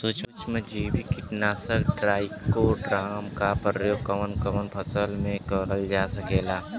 सुक्ष्म जैविक कीट नाशक ट्राइकोडर्मा क प्रयोग कवन कवन फसल पर करल जा सकेला?